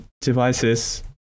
devices